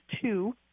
two